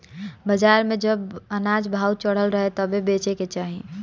बाजार में जब अनाज भाव चढ़ल रहे तबे बेचे के चाही